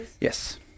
Yes